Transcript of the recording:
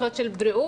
זכויות של בריאות,